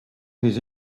his